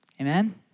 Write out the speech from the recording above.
Amen